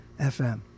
FM